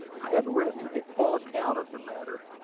i had written a full account of the matter,